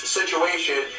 situation